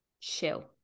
chill